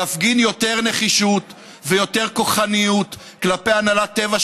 להפגין יותר נחישות ויותר כוחניות כלפי הנהלת טבע,